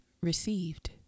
received